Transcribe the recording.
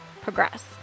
progress